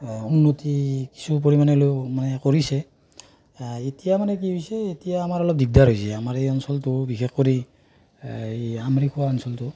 উন্নতি কিছু পৰিমাণে হ'লেও কৰিছে এতিয়া মানে কি হৈছে এতিয়া আমাৰ অলপ দিগদাৰ হৈছে আমাৰ এই অঞ্চলটো বিশেষকৰি আমৰিখোৱা অঞ্চলটো